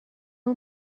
اون